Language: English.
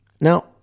Now